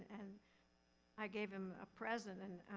and i gave him a present and